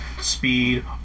speed